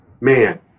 man